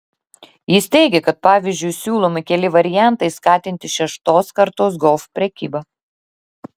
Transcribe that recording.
jis teigia kad pavyzdžiui siūlomi keli variantai skatinti šeštos kartos golf prekybą